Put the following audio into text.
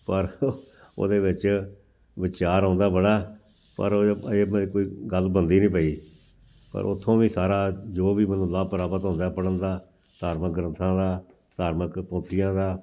ਪਰ ਉਹਦੇ ਵਿੱਚ ਵਿਚਾਰ ਆਉਂਦਾ ਬੜਾ ਪਰ ਕੋਈ ਗੱਲ ਬਣਦੀ ਨਹੀਂ ਪਈ ਪਰ ਉਥੋਂ ਵੀ ਸਾਰਾ ਜੋ ਵੀ ਮੈਨੂੰ ਲਾਭ ਪ੍ਰਾਪਤ ਹੁੰਦਾ ਪੜਨ ਦਾ ਧਾਰਮਿਕ ਗ੍ਰੰਥਾਂ ਦਾ ਧਾਰਮਿਕ ਪੋਥੀਆਂ ਦਾ